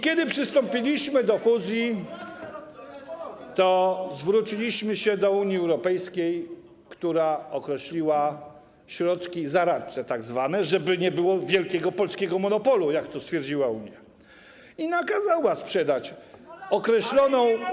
Kiedy przystąpiliśmy do fuzji, zwróciliśmy się do Unii Europejskiej, która określiła tzw. środki zaradcze, żeby nie było wielkiego polskiego monopolu, jak stwierdziła Unia, i nakazała sprzedaż określoną.